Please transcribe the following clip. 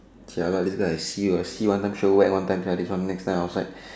jialat this guy I see you I see one time sure whack one time this one next time outside